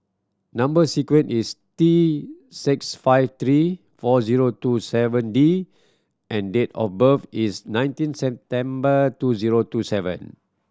number sequence is T six five three four zero two seven D and date of birth is nineteen September two zero two seven